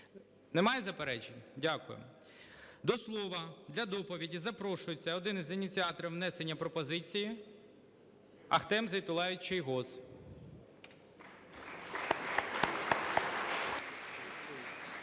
Немає заперечень? Дякую. До слова для доповіді запрошується один із ініціаторів внесення пропозиції Ахтем Зейтуллайович